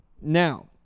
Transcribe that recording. Now